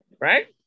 right